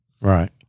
Right